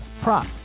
prop